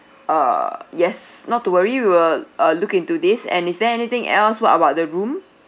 err yes not to worry we'll uh look into this and is there anything else what about the room